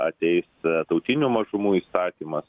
ateis tautinių mažumų įstatymas